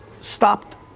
stopped